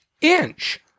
inch